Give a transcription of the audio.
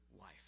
wife